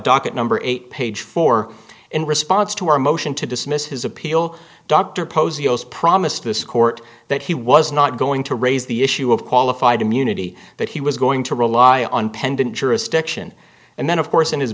docket number eight page four in response to our motion to dismiss his appeal dr posey goes promised this court that he was not going to raise the issue of qualified immunity that he was going to rely on pendent jurisdiction and then of course in his